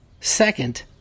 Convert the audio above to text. Second